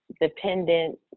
dependent